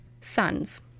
sons